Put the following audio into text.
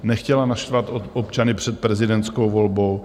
Nechtěla naštvat občany před prezidentskou volbou.